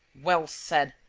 well said!